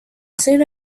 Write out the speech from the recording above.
soon